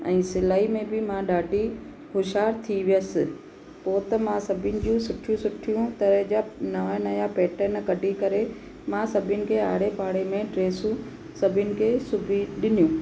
ऐं सिलाई में बि मां ॾाढी होश्यार थी वियसि पोइ त मां सभिनि जूं सुठियूं सुठियूं तरह जा नयां नयां पैटर्न कढी करे मां सभिनि खे आड़े पाड़े में ड्रेसूं सभिनि खे सिबी ॾिनियूं